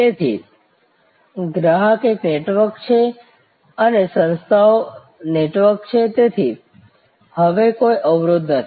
તેથી ગ્રાહક એક નેટવર્ક છે અને સંસ્થાઓ નેટવર્ક છે તેથી હવે કોઈ અવરોધ નથી